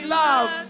love